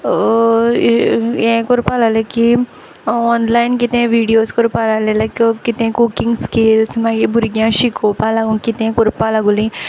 हें कोरपा लागलीं की ऑनलायन कितें व्हिडियोज कोरपा लागले लायक कितें कुकिंग स्किल्स मागीर भुरग्यां शिकोवपा लागोन कितें कोरपा लागोलीं